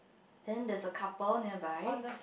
then there's a couple nearby